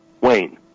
Wayne